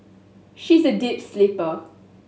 she is a deep sleeper